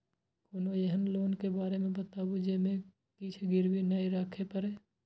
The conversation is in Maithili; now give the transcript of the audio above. कोनो एहन लोन के बारे मे बताबु जे मे किछ गीरबी नय राखे परे?